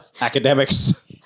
Academics